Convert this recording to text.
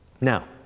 Now